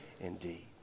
indeed